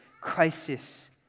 crisis